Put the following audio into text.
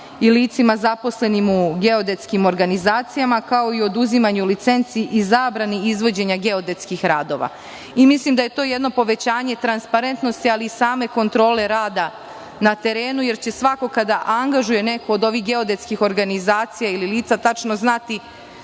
i licima zaposlenim u geodetskim organizacijama, kao i oduzimanju licenci i zabrani izvođenja geodetskih radova. Mislim da je to jedno povećanje transparentnosti, ali i same kontrole rada na terenu, jer će svako kada angažuje neku od ovih geodetskih organizacija ili lica tačno znati